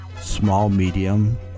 Small-Medium